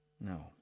No